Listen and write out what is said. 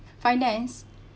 finance